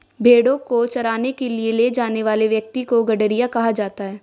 भेंड़ों को चराने के लिए ले जाने वाले व्यक्ति को गड़ेरिया कहा जाता है